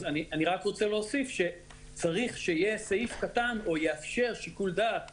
אז אני רק רוצה להוסיף שצריך שיהיה סעיף קטן שיאפשר שיקול דעת